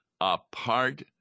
apart